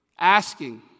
Asking